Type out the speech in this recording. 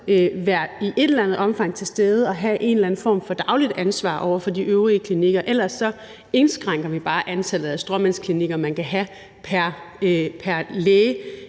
også i et eller andet omfang være til stede og have en eller anden form for dagligt ansvar over for de øvrige klinikker – ellers indskrænker vi bare antallet af stråmandsklinikker, man kan have pr. læge,